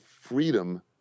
freedom